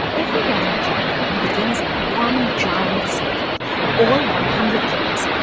every morning at ron brown begins in one giant circle all one hundred kings.